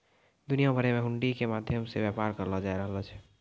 दुनिया भरि मे हुंडी के माध्यम से व्यापार करलो जाय रहलो छै